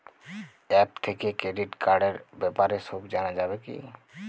App থেকে credit কার্ডর ব্যাপারে সব জানা যাবে কি?